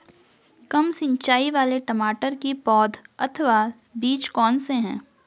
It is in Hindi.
कम सिंचाई वाले टमाटर की पौध अथवा बीज कौन से हैं?